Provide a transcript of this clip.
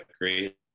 great